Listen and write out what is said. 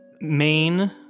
main